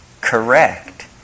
correct